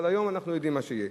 אבל היום אנחנו יודעים מה יהיה.